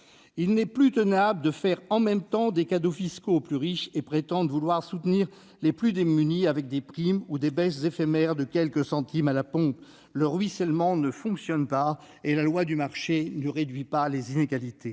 Il n'est plus tenable de faire « en même temps » des cadeaux fiscaux aux plus riches et de prétendre vouloir soutenir les plus démunis avec des primes ou des baisses éphémères de quelques centimes des prix à la pompe. Le ruissellement ne fonctionne pas et la loi du marché ne réduit pas les inégalités.